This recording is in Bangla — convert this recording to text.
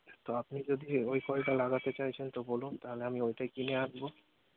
তো আপনি যদি ওই কলটা লাগাতে চাইছেন তো বলুন তাহলে আমি ওটাই কিনে আনবো